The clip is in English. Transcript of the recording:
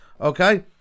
Okay